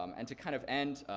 um and to kind of end.